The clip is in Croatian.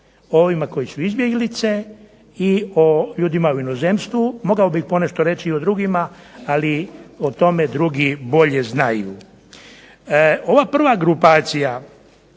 o ovima koji su izbjeglice i o ljudima u inozemstvu. Mogao bih ponešto reći i o drugima ali o tome drugi bolje znaju. Ova prva grupacija